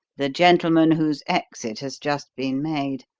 the gentleman whose exit has just been made.